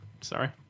sorry